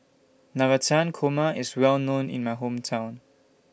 Navratan Korma IS Well known in My Hometown